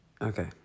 Okay